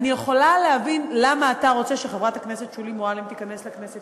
אני יכולה להבין למה אתה רוצה שחברת הכנסת שולי מועלם תיכנס לכנסת.